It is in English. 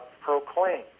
proclaimed